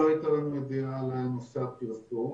לא הייתה לנו ידיעה על נושא הפרסום,